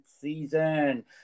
season